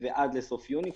עד סוף יוני.